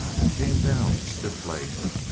and came down stiff-legged.